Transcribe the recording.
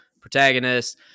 protagonists